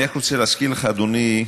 אני רק רוצה להזכיר לך, אדוני,